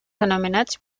anomenats